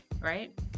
right